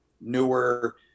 newer